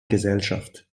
gesellschaft